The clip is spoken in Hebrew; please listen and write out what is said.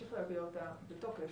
ואמשיך להביע אותה בתוקף,